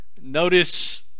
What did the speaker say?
Notice